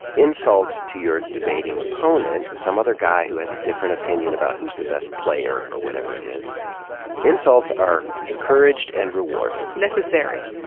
insults to your debating opponent some other guy nineteen who has a different opinion about who's the best player or whatever it is insults are encouraged and rewarded. necessary.